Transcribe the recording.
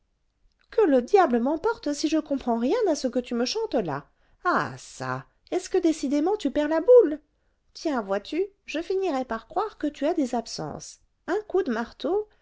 que le diable m'emporte si je comprends rien à ce que tu me chantes là ah çà est-ce que décidément tu perds la boule tiens vois-tu je finirai par croire que tu as des absences un coup de marteau